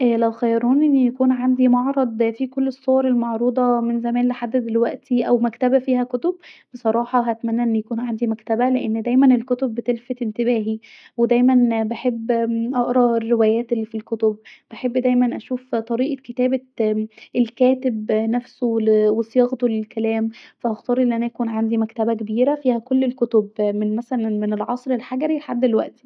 لو خيروني أن يكون عندي معرض في كل الصور المعروضه من زمان لحد دلوقتي أو مكتبه فيها كتب بصراحة هتمتي أن يكون عندي مكتوبه لأن دايما الكتب بتلفت انتباهي ودايما بحب اقري الروايات والكتب وبحب دايما اشوف طريقه كتابه الكاتب نفسه وصياغته الكلام ف هختار أن انا يكون عندي مكتبه كبيره فيها كل الكتب يعني مثلاً من العصر الحجري لحد دلوقتي